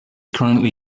currently